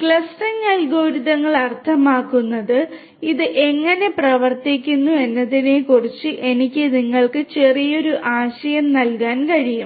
clustering അൽഗോരിതങ്ങൾ അർത്ഥമാക്കുന്നത് ഇത് എങ്ങനെ പ്രവർത്തിക്കുന്നു എന്നതിനെക്കുറിച്ച് എനിക്ക് നിങ്ങൾക്ക് ചെറിയൊരു ആശയം നൽകാൻ കഴിയും